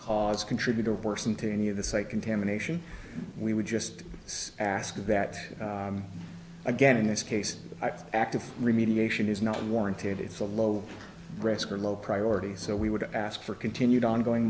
because contributor worsened to any of the site contamination we would just ask that again in this case the act of remediation is not warranted it's a low risk or low priority so we would ask for continued ongoing